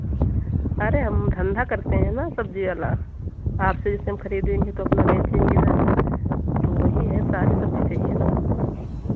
अरे हम धंधा करते हैं ना सब्ज़ी वाला आपसे जैसे हम खरीदेंगे तो अपना बेचेंगे इधर तो वही है सारी सब्ज़ी चाहिए ना